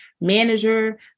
manager